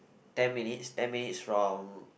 ten minutes ten minutes from